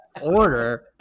order